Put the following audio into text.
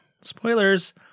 Spoilers